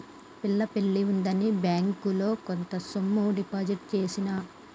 పిల్ల పెళ్లి ఉందని బ్యేంకిలో కొంత సొమ్ము డిపాజిట్ చేసిన